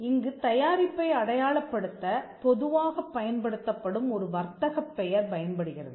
இங்கு தயாரிப்பை அடையாளப்படுத்த பொதுவாகப் பயன்படுத்தப்படும் ஒரு வர்த்தகப் பெயர் பயன்படுகிறது